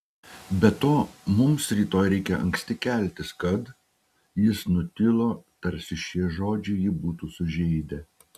be to mums rytoj reikia anksti keltis kad jis nutilo tarsi šie žodžiai jį būtų sužeidę